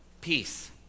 peace